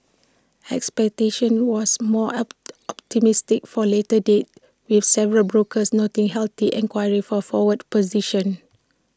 expectation was more up optimistic for later dates with several brokers noting healthy enquiry for forward positions